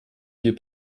vier